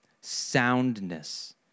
soundness